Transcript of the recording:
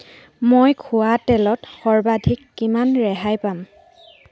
মই খোৱা তেলত সৰ্বাধিক কিমান ৰেহাই পাম